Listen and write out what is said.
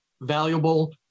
valuable